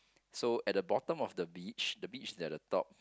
so at the bottom of the beach the beach at the top